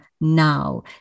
now